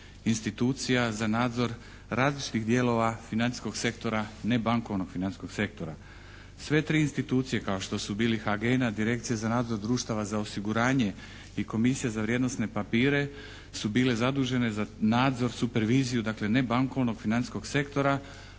institucija za nadzor različitih dijelova financijskog sektora nebankovnog financijskog sektora. Sve tri institucije kao što su bili HAGENA, Direkcija za nadzor društava za osiguranje i Komisija za vrijednosne papire su bile zadužene za nadzor, superviziju, dakle nebankovnog financijskog sektora,